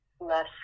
less